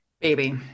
Baby